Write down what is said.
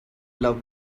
love